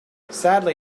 sadly